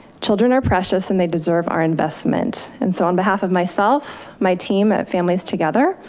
children are precious and they deserve our investment and so on behalf of myself, my team at families together,